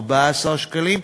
14 שקלים,